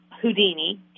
Houdini